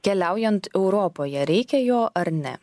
keliaujant europoje reikia jo ar ne